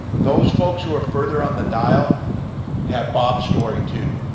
those folks who are further on the dial have bob's story too.